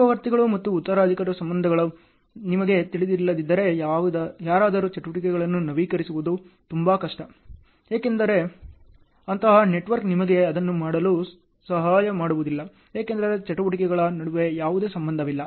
ಪೂರ್ವವರ್ತಿಗಳು ಮತ್ತು ಉತ್ತರಾಧಿಕಾರಿಗಳ ಸಂಬಂಧಗಳು ನಿಮಗೆ ತಿಳಿದಿಲ್ಲದಿದ್ದರೆ ಯಾರಾದರೂ ಚಟುವಟಿಕೆಗಳನ್ನು ನವೀಕರಿಸುವುದು ತುಂಬಾ ಕಷ್ಟ ಏಕೆಂದರೆ ಅಂತಹ ನೆಟ್ವರ್ಕ್ ನಿಮಗೆ ಅದನ್ನು ಮಾಡಲು ಸಹಾಯ ಮಾಡುವುದಿಲ್ಲ ಏಕೆಂದರೆ ಚಟುವಟಿಕೆಗಳ ನಡುವೆ ಯಾವುದೇ ಸಂಬಂಧವಿಲ್ಲ